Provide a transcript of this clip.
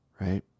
right